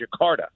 Jakarta